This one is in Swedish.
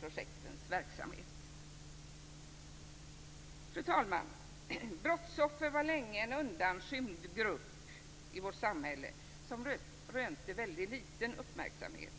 projektens verksamhet. Fru talman! Brottsoffer var länge en undanskymd grupp i vårt samhälle som rönte väldigt liten uppmärksamhet.